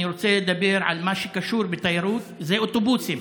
אני רוצה לדבר על מה שקשור בתיירות: אוטובוסים.